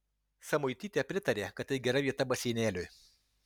samuitytė pritarė kad tai gera vieta baseinėliui